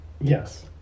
Yes